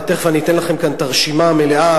ותיכף אני אתן לכם כאן את הרשימה המלאה,